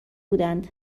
بودند